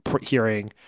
hearing